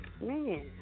Man